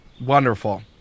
Wonderful